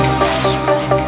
flashback